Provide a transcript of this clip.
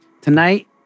tonight